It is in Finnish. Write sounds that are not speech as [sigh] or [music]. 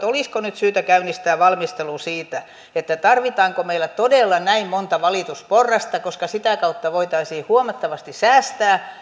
[unintelligible] olisiko nyt syytä käynnistää valmistelu siitä tarvitaanko meillä todella näin monta valitusporrasta koska sitä kautta voitaisiin huomattavasti säästää